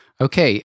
Okay